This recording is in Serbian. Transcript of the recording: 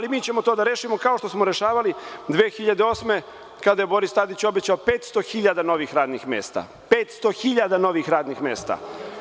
Ali, mi ćemo to da rešimo, kao što smo rešavali 2008. godine kada je Boris Tadić obećao 500.000 novih radnih mesta, 500.000 novih radnih mesta.